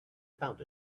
found